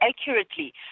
accurately